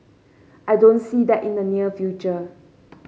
I don't see that in the near future